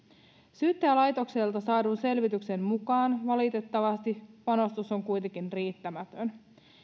syyttäjälaitokselta saadun selvityksen mukaan valitettavasti panostus on kuitenkin riittämätön